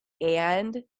and-